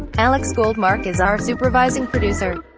alex goldmark is our supervising producer.